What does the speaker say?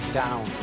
down